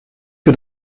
que